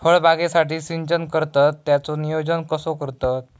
फळबागेसाठी सिंचन करतत त्याचो नियोजन कसो करतत?